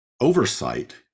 oversight